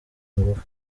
ngufu